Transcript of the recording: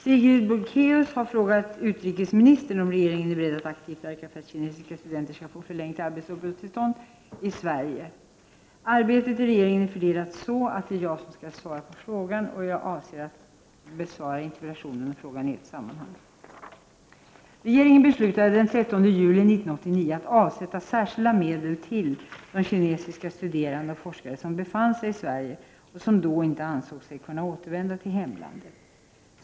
Sigrid Bolkéus har frågat utrikesministern om regeringen är beredd att aktivt verka för att kinesiska studenter skall få förlängt uppehållstillstånd och arbetstillstånd i Sverige. Arbetet i regeringen är fördelat så, att det är jag som skall svara på frågan. Jag avser att besvara interpellationen och frågan i ett sammanhang. Regeringen beslutade den 13 juli 1989 att avsätta särskilda medel till de kinesiska studerande och forskare som befann sig i Sverige och som då inte ansåg sig kunna återvända till hemlandet.